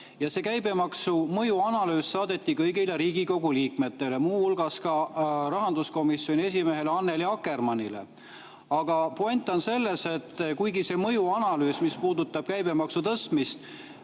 ja see käibemaksu [puudutanud] mõjuanalüüs saadeti kõigile Riigikogu liikmetele, teiste hulgas ka rahanduskomisjoni esimehele Annely Akkermannile. Aga point on selles, et kuigi see mõjuanalüüs, mis puudutab käibemaksu tõstmist,